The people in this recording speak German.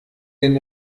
den